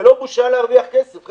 זה לא בושה להרוויח כסף.